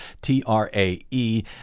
T-R-A-E